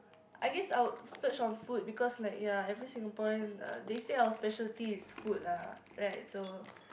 I guess I would splurge on food because like ya every Singaporean uh they say our specialty is food lah right so